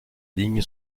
ligne